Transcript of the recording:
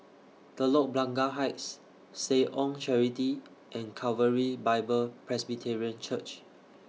Telok Blangah Heights Seh Ong Charity and Calvary Bible Presbyterian Church